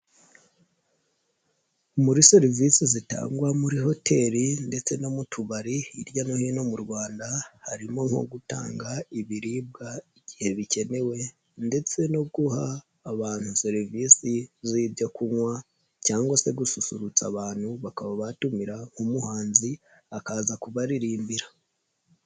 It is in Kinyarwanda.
Muri serivisi zitangwa muri hoteli ndetse no mu tubari hirya no hino mu Rwanda harimo nko gutanga ibiribwa igihe bikenewe ndetse no guha abantu serivisi z'ibyo kunywa cyangwa se gususurutsa abantu bakaba batumira umuhanzi akaza kubaririmbira.